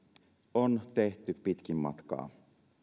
on tehty pitkin matkaa